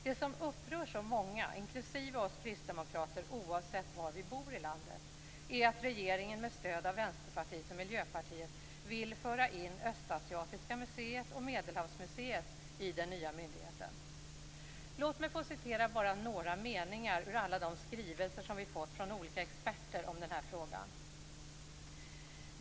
Det som upprör så många, inklusive oss kristdemokrater, oavsett var vi bor i landet, är att regeringen med stöd av Vänsterpartiet och Miljöpartiet vill föra in Östasiatiska museet och Medelhavsmuseet i den nya myndigheten. Låt mig bara få citera några meningar ur alla de skrivelser som vi fått från olika experter om den här frågan.